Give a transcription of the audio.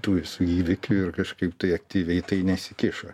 tų visų įvykių ir kažkaip tai aktyviai į tai nesikišo